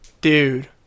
Dude